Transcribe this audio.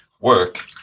work